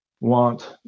want